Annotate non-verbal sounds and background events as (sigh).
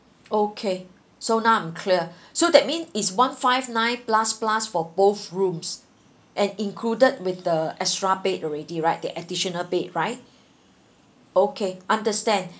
okay so now I'm clear (breath) so that mean it's one five nine plus plus for both rooms and included with the extra bed already right the additional bed right okay understand (breath)